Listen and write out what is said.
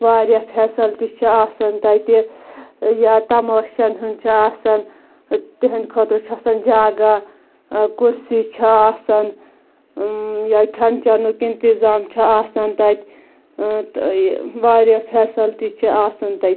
واریاہ فیسلٹی چھِ آسان تتہِ یا تماشَن ہنز چھ آسان تِہٕنٛد خٲطرٕ چھ آسان جگہ کُرسی چھِ آسان یا کھیٚن چَنُک انتظام چھُ آسان تتہ واریاہ فیسَلٹی چھِ آسان تتہِ